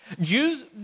Jews